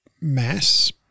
mass